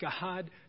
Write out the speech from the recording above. God